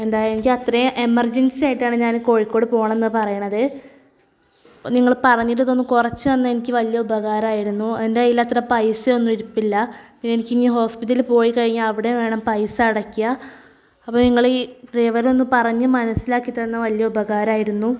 എന്താ എനിക്ക് അത്രയും എമർജൻസി ആയിട്ടാണ് ഞാൻ കോഴിക്കോട് പോവണമെന്ന് പറയുന്നത് നിങ്ങൾ പറഞ്ഞ് ഇത് ഇതൊന്ന് കുറച്ച് തന്നാൽ എനിക്ക് വലിയ ഉപകാരമായിരുന്നു എൻ്റെ കയ്യിൽ അത്ര പൈസ ഒന്നും ഇരിപ്പില്ല എനിക്ക് ഇനി ഹോസ്പിറ്റൽ പോയിക്കഴിഞ്ഞാൽ അവിടെ വേണം പൈസ അടക്കാൻ അപ്പോൾ നിങ്ങൾ ഈ ഡ്രൈവറിനെയൊന്ന് പറഞ്ഞ് മനസ്സിലാക്കിത്തന്നാൽ വലിയ ഉപകാരമായിരുന്നു